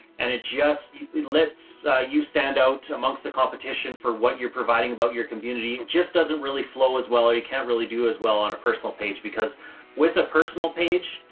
and it just lets you stand out amongst the competition for what you're providing about your community just doesn't really flow as well or you can't really do as well on a personal page because with a personal page,